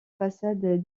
façade